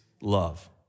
love